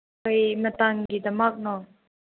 ꯀꯩ ꯃꯇꯥꯡꯒꯤꯗꯃꯛꯅꯣ